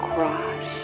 Cross